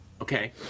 Okay